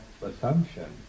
assumption